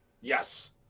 Yes